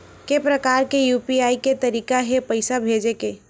के प्रकार के यू.पी.आई के तरीका हे पईसा भेजे के?